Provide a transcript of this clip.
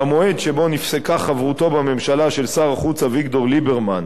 במועד שבו נפסקה חברותו בממשלה של שר החוץ אביגדור ליברמן,